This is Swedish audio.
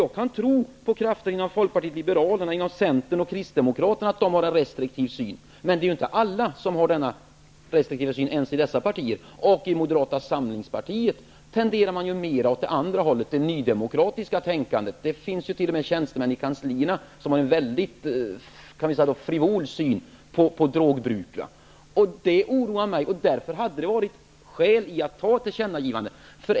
Jag kan tro på krafter inom Folkpartiet liberalerna, Centern och Kristdemokraterna som har en restriktiv syn. Men alla har inte denna restriktiva syn, inte ens i dessa partier. I Moderata samlingspartiet tenderar man att gå åt andra hållet -- det nydemokratiska tänkandet. Det finns t.o.m. tjänstemän i kanslierna som har en mycket frivol syn på drogbruk. Det oroar mig. Därför hade det funnits skäl att göra ett tillkännagivande.